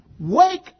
Wake